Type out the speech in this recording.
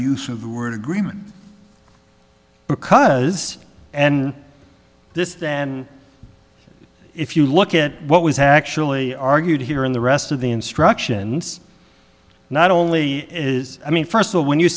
use of the word agreement because and this if you look at what was actually argued here in the rest of the instructions not only is i mean first of all when you